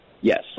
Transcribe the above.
Yes